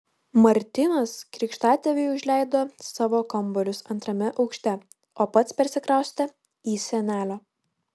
martynas krikštatėviui užleido savo kambarius antrame aukšte o pats persikraustė į senelio